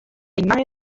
imagen